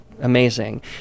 amazing